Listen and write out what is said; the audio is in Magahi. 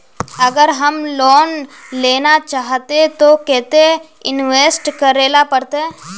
अगर हम लोन लेना चाहते तो केते इंवेस्ट करेला पड़ते?